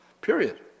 Period